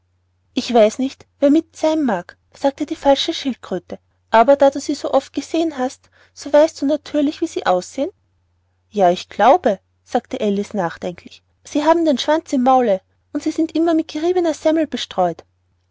ich weiß nicht wer mitt sein mag sagte die falsche schildkröte aber da du sie so oft gesehen hast so weißt du natürlich wie sie aussehen ja ich glaube sagte alice nachdenklich sie haben den schwanz im maule und sind ganz mit geriebener semmel bestreut